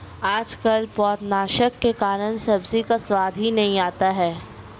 आजकल पौधनाशक के कारण सब्जी का स्वाद ही नहीं आता है